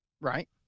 Right